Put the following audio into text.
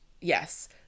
yes